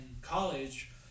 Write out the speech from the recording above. college